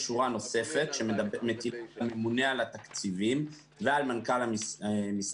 יש שורה נוספת שמטילה על הממונה על התקציבים ועל מנכ"ל משרד